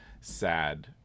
sad